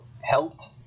helped